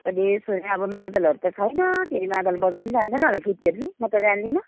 यसो अब मादलहरू त छैन फेरि मादल बजाउनु पनि जान्दैन होला केटीहरूले म त जान्दिनँ